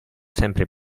sempre